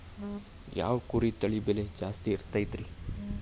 ಯಾವ ಕುರಿ ತಳಿ ಬೆಲೆ ಜಾಸ್ತಿ ಇರತೈತ್ರಿ?